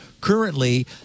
currently